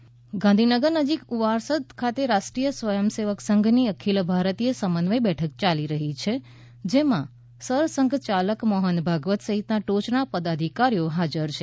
સંઘની સમન્વય બેઠક ગાંધીનગર નજીક ઉવારસદ ખાતે રાષ્ટ્રીય સ્વયંસેવક સંઘની અખિલ ભારતીય સમન્વય બેઠક ચાલી રઠી છે જેમાં સરસંઘચાલક મોહન ભાગવત સહિતના ટોચના પદાધિકારીઓ હાજર છે